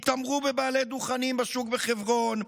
התעמרו בבעלי דוכנים בשוק בחברון,